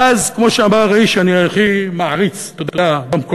ואז, כמו שאמר איש שאני הכי מעריץ במקורות,